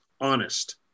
honest